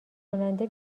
کننده